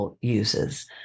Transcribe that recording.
uses